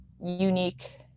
unique